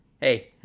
hey